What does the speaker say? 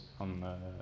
on